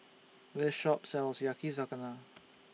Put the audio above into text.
This Shop sells Yakizakana